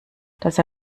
dass